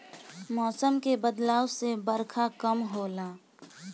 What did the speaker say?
मौसम के बदलाव से बरखा कम होला